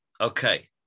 Okay